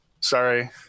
Sorry